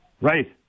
right